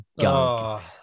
gunk